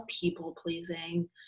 people-pleasing